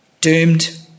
doomed